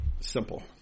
Simple